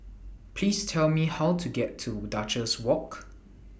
Please Tell Me How to get to Duchess Walk